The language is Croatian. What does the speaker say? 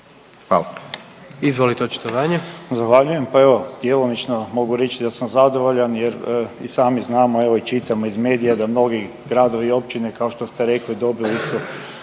(Nezavisni)** Zahvaljujem. Pa evo, djelomično mogu reći da sam zadovoljan jer i sami znamo, evo i čitamo iz medija da mnogi gradovi i općine, kao što ste rekli, dobili su